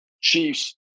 Chiefs